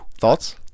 thoughts